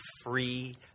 free